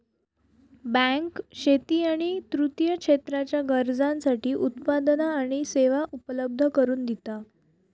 bank शेती आणि तृतीय क्षेत्राच्या गरजांसाठी उत्पादना आणि सेवा उपलब्ध करून दिता